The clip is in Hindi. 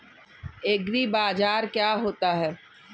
एग्रीबाजार क्या होता है?